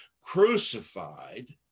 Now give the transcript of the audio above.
crucified